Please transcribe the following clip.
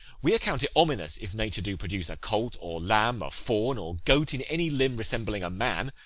we account it ominous, if nature do produce a colt, or lamb, a fawn, or goat, in any limb resembling a man,